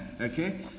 Okay